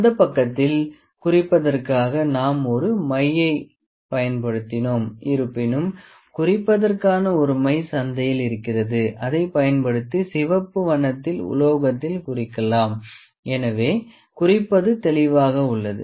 அந்த பக்கத்தில் குறிப்பதற்காக நாம் ஒரு மையை பயன்படுத்தினோம் இருப்பினும் குறிப்பதற்கான ஒரு மை சந்தையில் இருக்கிறது அதை பயன்படுத்தி சிவப்பு வண்ணத்தில் உலோகத்தில் குறிக்கலாம் எனவே குறிப்பது தெளிவாக உள்ளது